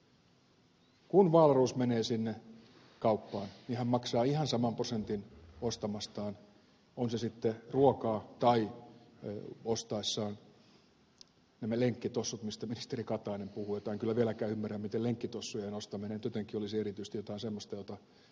kun wahlroos menee sinne kauppaan niin hän maksaa ihan saman prosentin ostamastaan on se sitten ruokaa tai ne lenkkitossut joista ministeri katainen puhui ja joista en kyllä vieläkään ymmärrä miten lenkkitossujen ostaminen nyt olisi jotenkin erityisesti jotain semmoista jota saavat vain suurituloiset tehdä